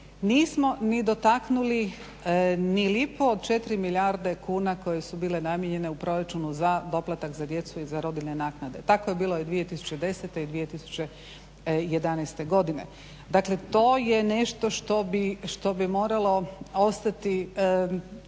nismo ni dotaknuli ni lipu od 4 milijarde kuna koje su bile namijenjene u proračunu za doplatak za djecu i za rodiljne naknade. Tako je bilo i 2010. i 2011. godine. Dakle, to je nešto što bi moralo ostati